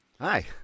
Hi